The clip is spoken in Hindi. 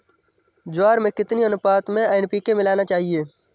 ज्वार में कितनी अनुपात में एन.पी.के मिलाना चाहिए?